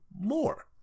more